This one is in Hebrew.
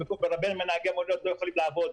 הרבה מנהגי המוניות לא יכולים לעבוד.